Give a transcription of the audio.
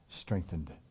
strengthened